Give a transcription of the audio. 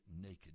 naked